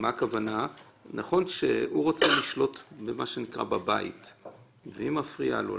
נכון שהוא רוצה לשלוט בבית והיא מפריעה לו.